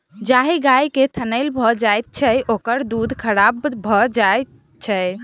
जाहि गाय के थनैल भ जाइत छै, ओकर दूध खराब भ जाइत छै